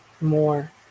more